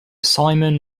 simon